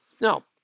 Now